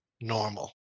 normal